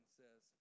says